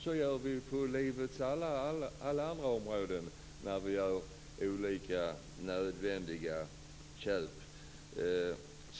Så gör vi på livets alla andra områden när det gäller olika nödvändiga köp.